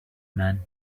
man